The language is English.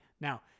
Now